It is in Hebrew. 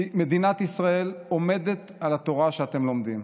כי מדינת ישראל עומדת על התורה שאתם לומדים.